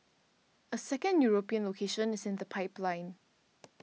a second European location is in the pipeline